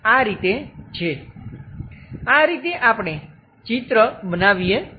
આ રીતે છે આ રીતે આપણે ચિત્ર બનાવીએ છીએ